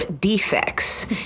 defects